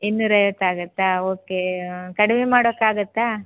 ಇನ್ನೂರೈವತ್ತಾಗುತ್ತಾ okay ಕಡಿಮೆ ಮಾಡೋಕ್ಕಾಗುತ್ತಾ